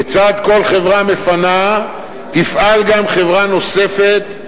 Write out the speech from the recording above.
לצד כל חברה מפנה תפעל גם חברה נוספת,